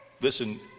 Listen